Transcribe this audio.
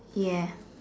ya